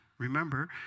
Remember